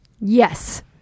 Yes